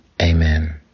amen